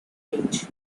range